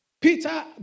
Peter